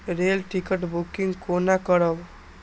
Rail ticket booking कोना करब?